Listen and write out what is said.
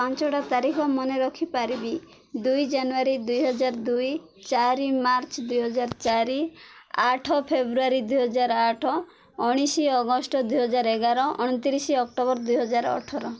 ପାଞ୍ଚଟା ତାରିଖ ମନେ ରଖିପାରିବି ଦୁଇ ଜାନୁଆରୀ ଦୁଇହଜାର ଦୁଇ ଚାରି ମାର୍ଚ୍ଚ ଦୁଇହଜାର ଚାରି ଆଠ ଫେବୃଆରୀ ଦୁଇହଜାର ଆଠ ଉଣେଇଶ ଅଗଷ୍ଟ ଦୁଇହଜାର ଏଗାର ଅଣତିରିଶି ଅକ୍ଟୋବର ଦୁଇହଜାର ଅଠର